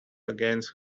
against